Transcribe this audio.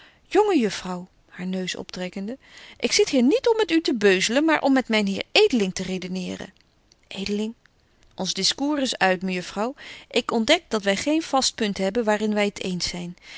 jonge juffrouw haar neus optrekkende ik zit hier niet om met u te beuzelen maar om met myn heer edeling te redeneeren betje wolff en aagje deken historie van mejuffrouw sara burgerhart edeling ons discours is uit mejuffrouw ik ontdek dat wy geen vast punt hebben waar in wy t eens zyn